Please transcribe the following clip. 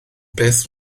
beth